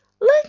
Look